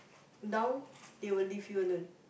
down they will leave you alone